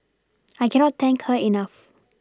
I cannot thank her enough